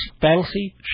Fancy